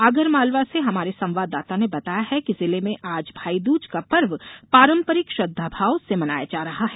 आगरमालवा से हमारे संवाददाता ने बताया है कि जिले में आज भाईदूज का पर्व पारंपरिक श्रद्वाभाव से मनाया जा रहा है